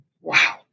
wow